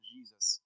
Jesus